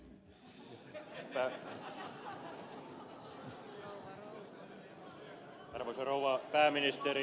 arvoisa rouva pääministeri